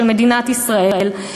למדינת ישראל,